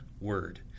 word